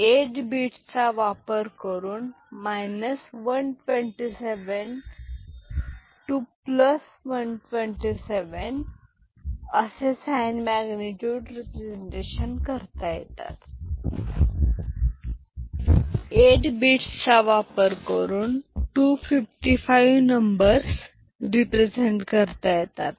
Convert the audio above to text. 8 bits चा वापर करून करून चा वापर करून 255 नंबर्स रिप्रेझेंट करता येतात